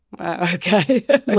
okay